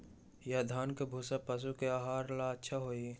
या धान के भूसा पशु के आहार ला अच्छा होई?